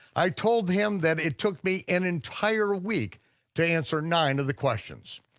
i told him that it took me an entire week to answer nine of the questions,